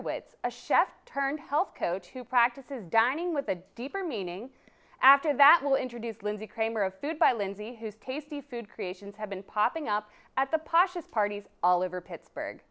witz a chef turned health coach who practices dining with a deeper meaning after that will introduce lindsay kramer of food by lindsay who's tasty food creations have been popping up at the poshest parties all over pittsburgh